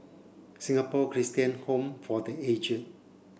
Singapore Christian Home for The Aged